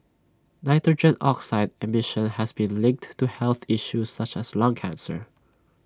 nitrogen oxide emission has been linked to health issues such as lung cancer